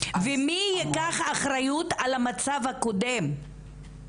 ומי ייקח אחריות על המצב הקודם.